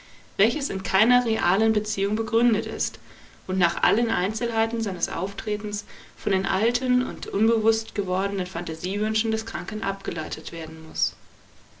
welches in keiner realen beziehung begründet ist und nach allen einzelheiten seines auftretens von den alten und unbewußt gewordenen phantasiewünschen des kranken abgeleitet werden muß